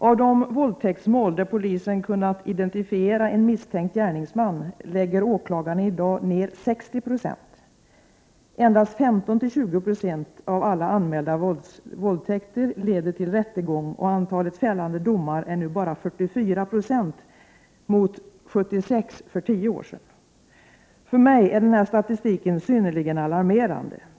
Av de våldtäktsmål där polisen kunnat identifiera en misstänkt gärningsman lägger åklagaren i dag ner 60 96. Endast 15-20 960 av alla anmälda våldtäkter leder till rättegång, och antalet fällande domar är nu bara 44 96 mot 76 för tio år sedan. För mig är denna statistik synnerligen alarmerande.